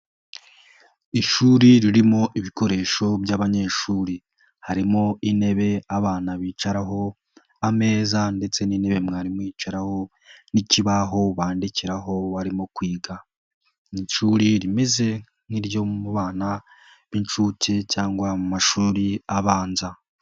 Ishuri ririmo ibikoresho by'abanyeshuri, harimo intebe abana bicaraho, ameza ndetse n'intebe mwarimu yicaraho, n'ikibaho bandikiraho barimo kwiga, ishuri rimeze nk'iryo mu bana b'incuke cyangwa mu mashuri abanza.